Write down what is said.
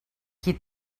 qui